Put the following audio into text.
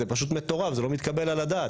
זה לא מתקבל על הדעת.